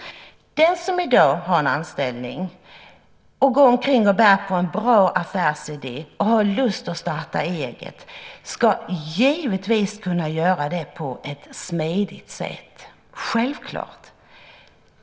Den som i dag har en anställning, som går omkring och bär på en bra affärsidé och har lust att starta eget, ska givetvis kunna göra det på ett smidigt sätt, självklart.